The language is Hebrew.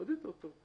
עוד יותר טוב.